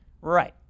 Right